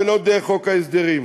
ולא דרך חוק ההסדרים.